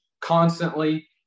constantly